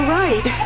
right